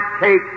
take